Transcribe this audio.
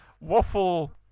Waffle